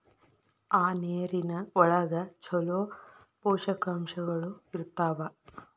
ಆ ನೇರಿನ ಒಳಗ ಚುಲೋ ಪೋಷಕಾಂಶಗಳು ಇರ್ತಾವ